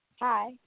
Hi